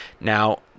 Now